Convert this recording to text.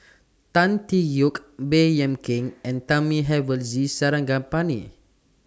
Tan Tee Yoke Baey Yam Keng and Thamizhavel G Sarangapani